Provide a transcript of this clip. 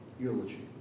eulogy